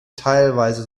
teilweise